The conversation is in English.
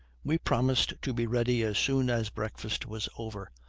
we promised to be ready as soon as breakfast was over,